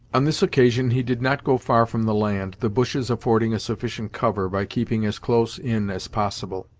on this occasion he did not go far from the land, the bushes affording a sufficient cover, by keeping as close in as possible.